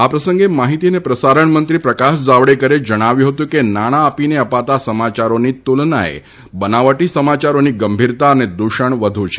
આ પ્રસંગે માહિતી અને પ્રસારણ મંત્રી પ્રકાશ જાવડેકરે જણાવ્યું હતું કે નાણાં આપીને અપાતાં સમાચારોની તુલનાએ બનાવટી સમાચારોની ગંભીરતા અને દુષણ વધુ છે